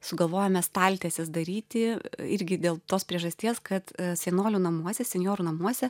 sugalvojome staltieses daryti irgi dėl tos priežasties kad senolių namuose senjorų namuose